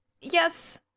Yes